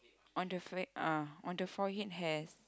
on the f~ ah on the forehead has